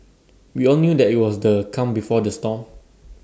we all knew that IT was the calm before the storm